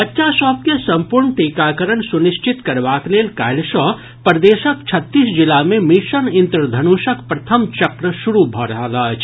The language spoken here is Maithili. बच्चा सभ के संपूर्ण टीकाकरण सुनिश्चित करबाक लेल काल्हि सँ प्रदेशक छत्तीस जिला मे मिशन इंद्रधनुषक प्रथम चक्र शुरू भऽ रहल अछि